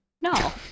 no